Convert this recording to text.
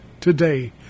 today